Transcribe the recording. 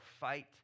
fight